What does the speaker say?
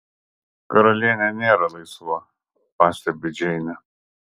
karalienė nėra laisva pastebi džeinė